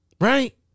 Right